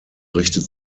richtet